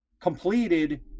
completed